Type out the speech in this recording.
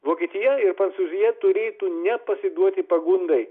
vokietija ir prancūzija turėtų nepasiduoti pagundai